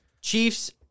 Chiefs